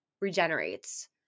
regenerates